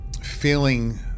feeling